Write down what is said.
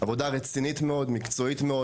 עבודה רצינית מאוד, מקצועית מאוד.